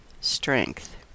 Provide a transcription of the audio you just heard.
strength